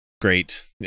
Great